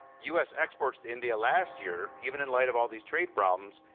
us exports to india last year, even in light of all these trade problems,